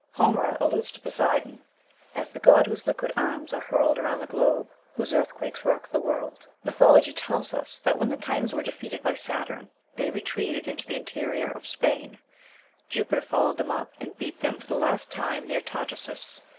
homer alludes to poseidon as the god whose liquid arms are hurled around the globe, whose earthquakes rock the world. mythology tells us that when the titans were defeated by saturn they retreated into the interior of spain jupiter followed them up, and beat them for the last time near tartessus,